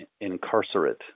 incarcerate